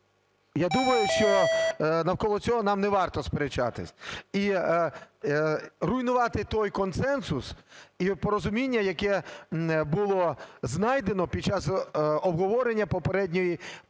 Я думаю, що навколо цього нам не варто сперечатись і руйнувати той консенсус і порозуміння, яке було знайдено під час обговорення попередньої поправки.